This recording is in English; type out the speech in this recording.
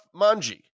Manji